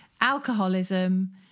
alcoholism